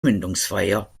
mündungsfeuer